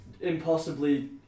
impossibly